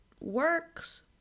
works